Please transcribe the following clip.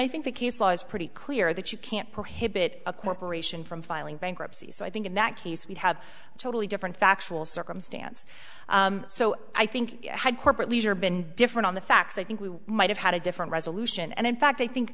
is pretty clear that you can't prohibit a corporation from filing bankruptcy so i think in that case we'd have a totally different factual circumstance so i think had corporate leisure been different on the facts i think we might have had a different resolution and in fact i think